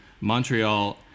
Montreal